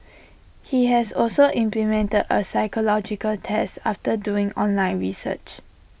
he has also implemented A psychological test after doing online research